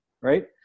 right